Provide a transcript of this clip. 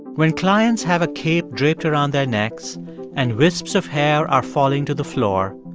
when clients have a cape draped around their necks and wisps of hair are falling to the floor,